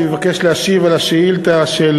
אני מבקש להשיב על השאילתה של